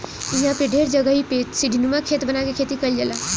इहां पे ढेर जगही पे सीढ़ीनुमा खेत बना के खेती कईल जाला